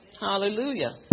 Hallelujah